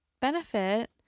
benefit